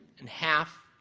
and half,